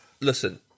listen